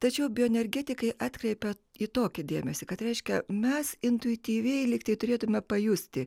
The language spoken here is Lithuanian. tačiau bioenergetikai atkreipia į tokį dėmesį kad reiškia mes intuityviai lyg tai turėtumėme pajusti